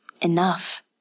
Enough